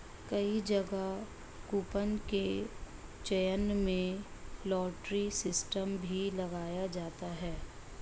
कई जगह कूपन के चयन में लॉटरी सिस्टम भी लगाया जाता है